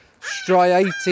striated